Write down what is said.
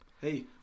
Hey